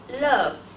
love